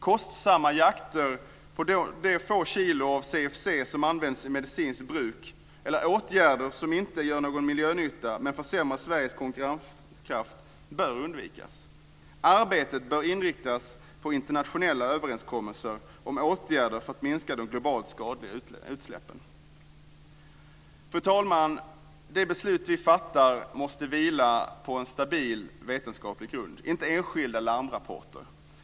Kostsamma jakter på de få kilon CFC som används för medicinskt bruk eller åtgärder som inte gör någon miljönytta men försämrar Sveriges konkurrenskraft bör undvikas. Arbetet bör inriktas på internationella överenskommelser om åtgärder för att minska de globalt skadliga utsläppen. Fru talman! De beslut vi fattar måste vila på en stabil vetenskaplig grund, inte på enskilda larmrapporter.